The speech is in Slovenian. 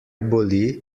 boli